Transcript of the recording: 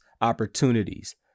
opportunities